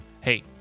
hey